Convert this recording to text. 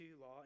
law